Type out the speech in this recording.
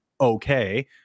okay